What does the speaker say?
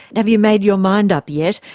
have you made your mind up yet?